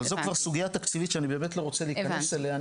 אבל זו כבר סוגיה תקציבית שאני באמת לא רוצה להיכנס אליה.